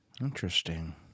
Interesting